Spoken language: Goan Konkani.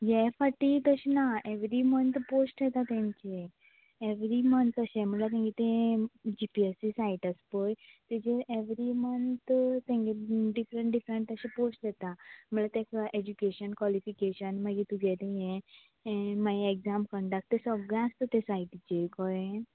हे फाटी तशें ना एवरी मन्त पोस्ट येता तेंचे एवरी मन्त अशें म्हणल्यार तेंगे तें G P S C site आसा पळय तेचेर एवरी मन्त तेंगे डिफरंट येशे पोस्ट येता म्हळ्यार ताका एडुकेशन कोलीफिकेशन मागीर तुगे तें हें हें मागीर एकजाम कन्डक्ट तें सगळें आसता त्या सायटीचेर कळ्ळें